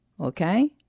Okay